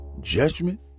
judgment